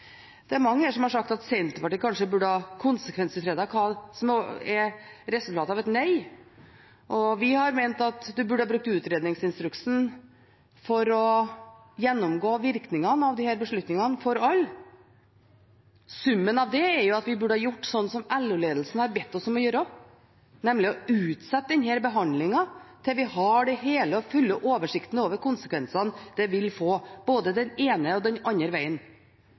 Det er mange her som har sagt at Senterpartiet kanskje burde ha konsekvensutredet hva som ville bli resultatet av et nei, og vi har ment at man burde ha brukt utredningsinstruksen for å gjennomgå virkningene av disse beslutningene for alle. Summen av det er at vi burde ha gjort slik som LO-ledelsen har bedt oss om å gjøre, nemlig å utsette denne behandlingen til vi har den hele og fulle oversikten over konsekvensene det vil få, både den ene og den andre